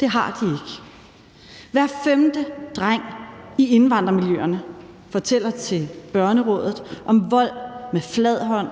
det har de ikke. Hver femte dreng i indvandrermiljøerne fortæller til Børnerådet om vold med flad hånd,